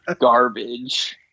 garbage